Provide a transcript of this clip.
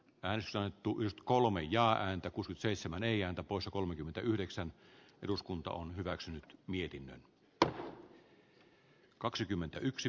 päässään tuli kolme ja entä kun seitsemän eija topo su kolmekymmentäyhdeksän eduskunta on hyväksynyt mietinnön arvoisa puhemies